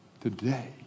Today